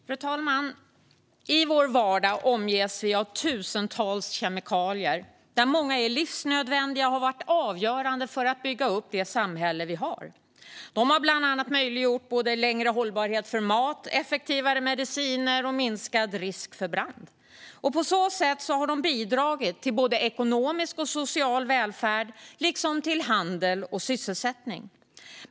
Fru talman! I vår vardag omges vi av tusentals kemikalier, där många är livsnödvändiga och har varit avgörande för att bygga upp det samhälle vi har. De har bland annat möjliggjort både längre hållbarhet för mat, effektivare mediciner och minskad risk för brand. På så sätt har de bidragit till både ekonomisk och social välfärd liksom till handel och sysselsättning.